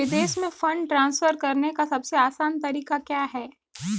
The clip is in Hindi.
विदेश में फंड ट्रांसफर करने का सबसे आसान तरीका क्या है?